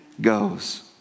goes